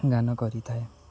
ଗାନ କରିଥାଏ